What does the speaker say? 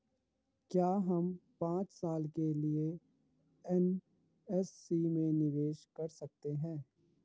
क्या हम पांच साल के लिए एन.एस.सी में निवेश कर सकते हैं?